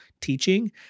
teaching